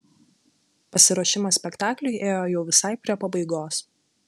pasiruošimas spektakliui ėjo jau visai prie pabaigos